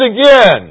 again